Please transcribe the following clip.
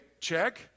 check